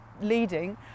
leading